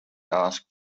ask